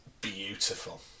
beautiful